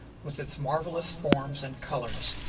with its marvelous forms and colors.